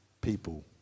people